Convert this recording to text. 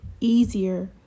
easier